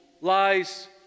lies